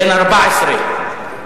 בן 14,